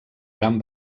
gran